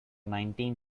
nineteen